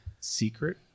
secret